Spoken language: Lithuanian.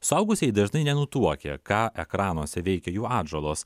suaugusieji dažnai nenutuokia ką ekranuose veikia jų atžalos